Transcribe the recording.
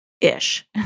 ish